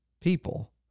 people